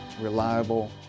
reliable